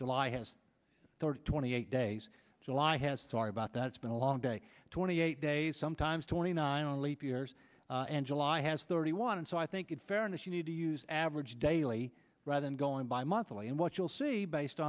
july has thirty twenty eight days july has sorry about that it's been a long day twenty eight days sometimes twenty nine leap years and july has thirty one and so i think in fairness you need to use average daily rather than going by monthly and what you'll see based